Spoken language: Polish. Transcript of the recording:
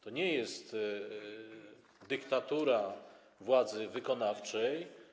To nie jest dyktatura władzy wykonawczej.